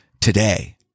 today